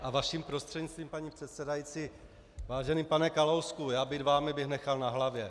A vaším prostřednictvím, paní předsedající: Vážený pane Kalousku, já být vámi, bych nechal na hlavě.